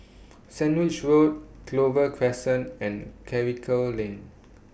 Sandwich Road Clover Crescent and Karikal Lane